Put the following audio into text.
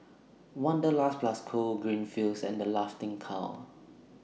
Wanderlust Plus Co Greenfields and The Laughing Cow